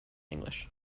english